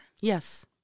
Yes